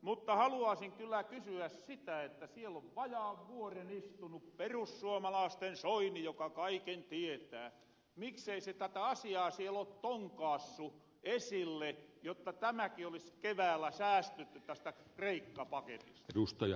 mutta haluaasin kyllä kysyä sitä kun siellä on vajaan vuoren istunut perussuomalaasten soini joka kaiken tietää miksei se tätä asiaa siell oo tonkaassu esille jotta tästäkin olis keväällä säästytty tästä kreikka paketista